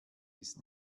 ist